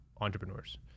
entrepreneurs